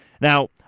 Now